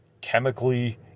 chemically